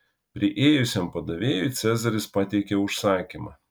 priėjusiam padavėjui cezaris pateikė užsakymą